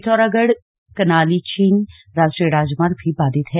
पिथौरागढ़ कनालीछीन राष्ट्रीय राजमार्ग भी बाधित है